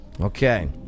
Okay